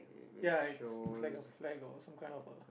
ya it looks like a flag or some kind of a